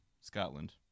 Scotland